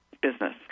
business